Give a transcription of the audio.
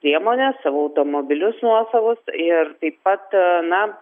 priemones savo automobilius nuosavos ir taip pat na